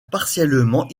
partiellement